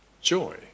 joy